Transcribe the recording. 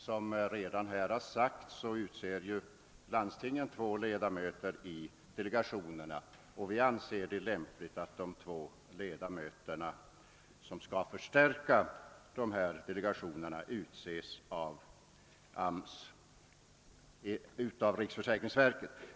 Såsom redan tidigare framhållits utser landstingen två ledamöter i delegationerna, och vi anser det lämpligt att de två ledamöter som skall förstärka dessa delegationer i stället utses av riksförsäkringsverket.